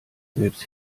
selbst